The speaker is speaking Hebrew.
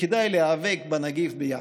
וכדאי להיאבק בנגיף ביחד.